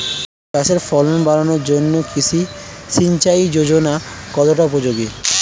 চাষের ফলন বাড়ানোর জন্য কৃষি সিঞ্চয়ী যোজনা কতটা উপযোগী?